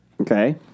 Okay